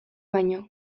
baino